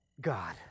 God